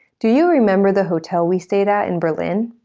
do you remember the hotel we stayed at in berlin?